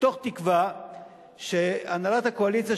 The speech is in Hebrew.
מתוך תקווה שהנהלת הקואליציה,